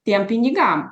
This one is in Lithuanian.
tiem pinigam